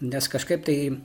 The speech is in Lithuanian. nes kažkaip tai